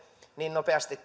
niin nopeasti